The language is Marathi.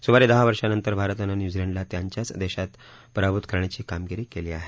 सुमारे दहा वर्षांनंतर भारतानं न्यूझीलंडला त्यांच्याच देशात पारभूत करण्याची कामगिरी केली आहे